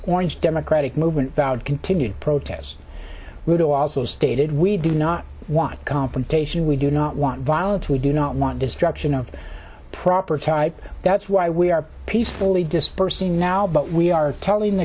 orange democratic movement vowed continued protests would also stated we do not want confrontation we do not want violence we do not want destruction of property that's why we are peacefully dispersing now but we are telling the